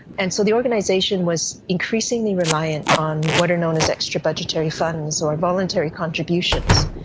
and so the organisation was increasingly reliant on what are known as extrabudgetary funds or voluntary contributions,